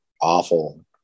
awful